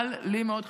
אבל לי מאוד חשוב,